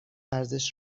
ورزش